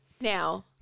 Now